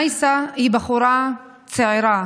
מייסה היא בחורה צעירה,